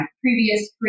previous